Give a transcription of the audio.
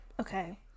Okay